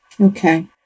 Okay